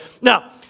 Now